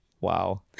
wow